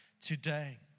today